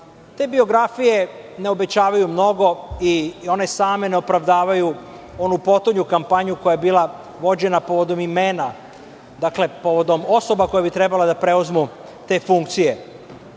Te biografije ne obećavaju mnogo i one same ne opravdavaju onu potonju kampanju koja je bila vođena povodom imena, dakle, povodom osoba koje bi trebale da preuzmu te funkcije. Najpre,